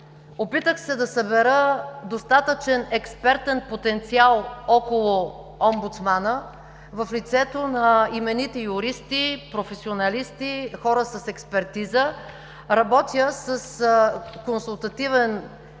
Опитах се да събера достатъчен експертен потенциал около омбудсмана в лицето на именити юристи, професионалисти, хора с експертиза. Работя с Консултативен